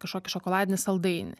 kažkokį šokoladinį saldainį